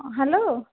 ହଁ ହ୍ୟାଲୋ